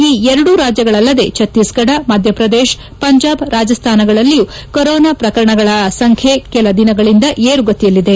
ಈ ಎರಡು ರಾಜ್ಯಗಳಲ್ಲದೆ ಛತ್ತೀಸ್ಗಢ ಮಧ್ಯಪ್ರದೇಶ ಪಂಜಾಬ್ ರಾಜಸ್ಥಾನಗಳಲ್ಲಿಯೂ ಕೊರೊನಾ ಪ್ರಕರಣಗಳ ಸಂಖ್ಯೆ ಕೆಲ ದಿನಗಳಿಂದ ಏರುಗತಿಯಲ್ಲಿದೆ